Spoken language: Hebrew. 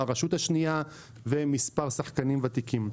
הרשות השנייה ומספר שחקנים ותיקים.